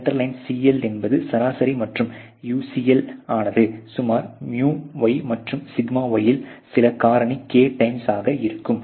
centre line CL என்பது சராசரி மற்றும் UCL ஆனது சுமார் µy மற்றும் σy இன் சில காரணி k டைம்ஸ் ஆக இருக்கும்